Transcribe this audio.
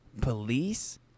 police